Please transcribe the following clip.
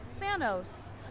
Thanos